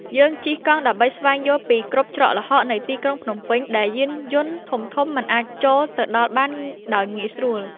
យើងជិះកង់ដើម្បីស្វែងយល់ពីគ្រប់ច្រកល្ហកនៃទីក្រុងភ្នំពេញ ដែលយានយន្តធំៗមិនអាចចូលទៅដល់បានដោយងាយស្រួល។